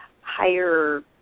higher